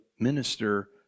Minister